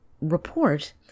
report